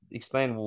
explain